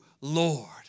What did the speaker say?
Lord